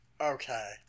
Okay